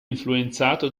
influenzato